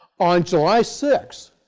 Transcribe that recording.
on july six,